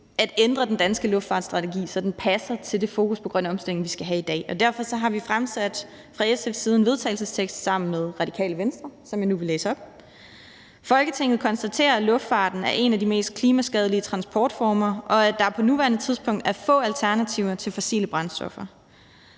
at ændre den danske luftfartsstrategi, så den passer til det fokus på grøn omstilling, vi skal have i dag. Derfor har vi fra SF's side fremsat et forslag til vedtagelse sammen med Radikale Venstre, som jeg nu vil læse op. Forslag til vedtagelse »Folketinget konstaterer, at luftfarten er en af de mest klimaskadelige transportformer, og at der på nuværende tidspunkt er få alternativer til fossile flybrændstoffer.